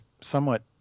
somewhat